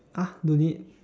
ah no need